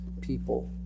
people